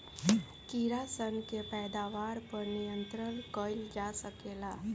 कीड़ा सन के पैदावार पर नियंत्रण कईल जा सकेला